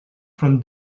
from